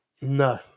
no